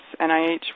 NIH